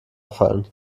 fallen